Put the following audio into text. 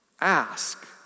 Ask